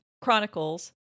Chronicles